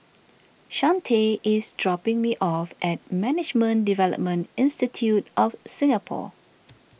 Chante is dropping me off at Management Development Institute of Singapore